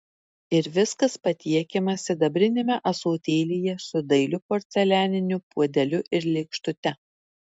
ir viskas patiekiama sidabriniame ąsotėlyje su dailiu porcelianiniu puodeliu ir lėkštute